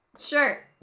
Sure